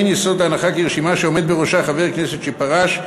אין יסוד להנחה כי רשימה שעומד בראשה חבר כנסת שפרש,